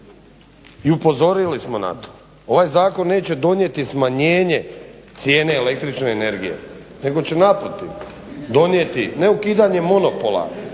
i upozorili smo na to. Ovaj zakon neće donijeti smanjenje cijene električne energije, nego će naprotiv donijeti ne ukidanje monopola